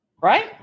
right